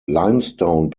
limestone